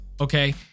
Okay